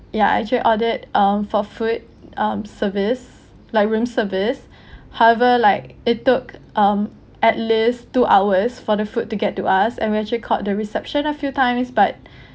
ya actually ordered um for food um service like room service however like it took um at least two hours for the food to get to us and we actually called the reception a few times but